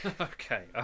Okay